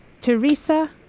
Teresa